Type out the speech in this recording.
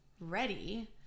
ready